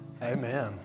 Amen